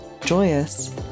joyous